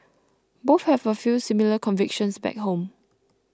both have a few similar convictions back home